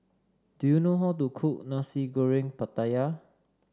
do you know how to cook Nasi Goreng Pattaya